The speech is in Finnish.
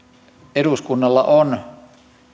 eduskunnalla on